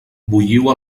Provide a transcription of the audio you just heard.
bulliu